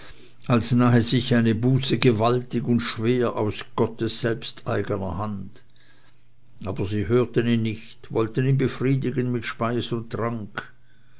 als nahe sich eine buße gewaltig und schwer aus gottes selbsteigener hand aber sie hörten ihn nicht wollten ihn befriedigen mit speise und trank